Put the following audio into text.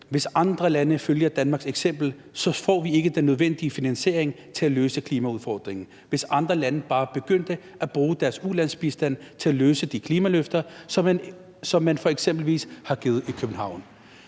Hvis andre lande følger Danmarks eksempel, så får vi ikke den nødvendige finansiering til at løse klimaudfordringen – hvis andre lande bare begyndte at bruge deres ulandsbistand til at løse de klimaløfter, som man eksempelvis har givet i København.